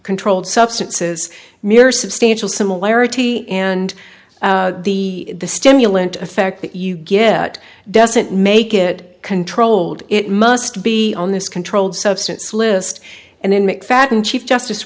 controlled substances mere substantial similarity and the stimulant effect that you get doesn't make it controlled it must be on this controlled substance list and in mcfadden chief justice